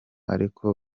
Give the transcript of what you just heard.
ariko